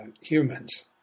humans